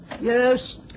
Yes